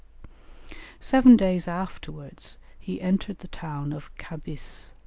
seven days afterwards he entered the town of khabis.